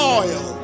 oil